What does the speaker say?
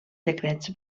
decrets